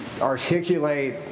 articulate